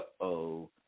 Uh-oh